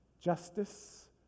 justice